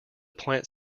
plant